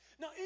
Now